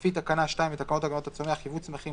לפי תקנה 2 לתקנות הגנת הצומח (יבוא צמחים,